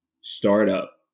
startup